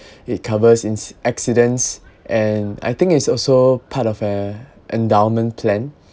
it covers ins~ accidents and I think it's also part of a endowment plan